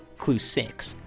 clue six,